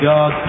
God